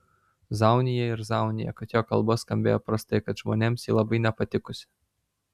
zaunija ir zaunija kad jo kalba skambėjo prastai kad žmonėms ji labai nepatikusi